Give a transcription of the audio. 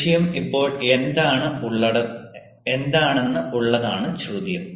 വിഷയം ഇപ്പോൾ എന്താണെന്ന് ഉള്ളതാണ് ചോദ്യം